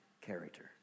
Character